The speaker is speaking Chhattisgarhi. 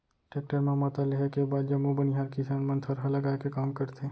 टेक्टर म मता लेहे के बाद जम्मो बनिहार किसान मन थरहा लगाए के काम करथे